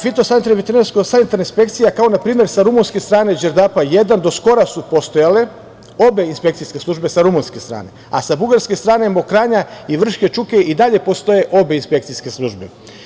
Fitosanitarne, veterinarsko-sanitarne inspekcije, kao na primer sa rumunske strane Đerdapa I, do skora su postojale, obe inspekcijske službe sa rumunske strane, a sa bugarske strane Mokranja i Vrške Čuke i dalje postoje obe inspekcijske službe.